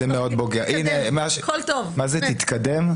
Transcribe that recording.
מה זה תתקדם?